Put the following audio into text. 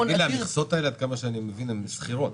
המכסות האלה, עד כמה שאני מבין, הן סחירות.